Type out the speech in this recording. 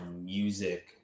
music